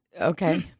okay